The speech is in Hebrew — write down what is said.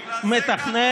בגלל זה כחלון